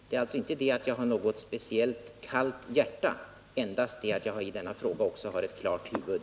Det är alltså inte det att jag har något speciellt kallt hjärta, endast det att jag i denna fråga också har ett klart huvud.